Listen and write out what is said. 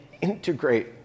integrate